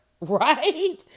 right